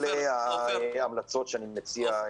אלה ההמלצות שאני מציע.